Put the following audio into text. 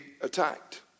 attacked